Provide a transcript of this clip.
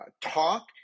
talk